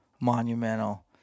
monumental